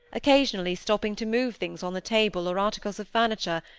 occasionally stopping to move things on the table, or articles of furniture,